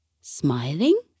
smiling